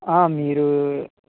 మీరు